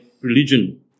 religion